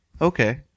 Okay